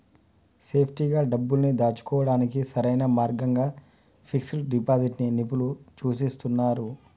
సేఫ్టీగా డబ్బుల్ని దాచుకోడానికి సరైన మార్గంగా ఫిక్స్డ్ డిపాజిట్ ని నిపుణులు సూచిస్తున్నరు